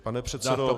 Pane předsedo...